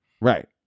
Right